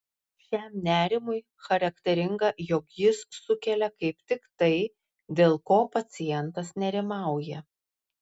šiam nerimui charakteringa jog jis sukelia kaip tik tai dėl ko pacientas nerimauja